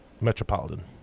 Metropolitan